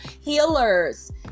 healers